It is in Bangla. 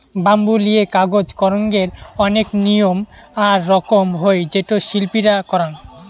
ব্যাম্বু লিয়ে কাজ করঙ্গের অনেক নিয়ম আর রকম হই যেটো শিল্পীরা করাং